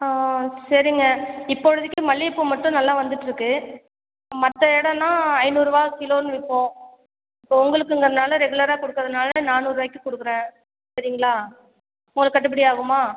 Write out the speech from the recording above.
ஆ சரிங்க இப்பொழுதுக்கு மல்லிகைப்பூ மட்டும் நல்லா வந்துட்டிருக்கு மற்ற இடலாம் ஐந்நூறுரூவா கிலோனு விற்போம் இப்போது உங்களுக்குங்கிறனால் ரெகுலராக கொடுக்கறதுனால நானூறுரூவாய்க்கு கொடுக்குறேன் சரிங்களா உங்களுக்குக் கட்டுப்படி ஆகுமா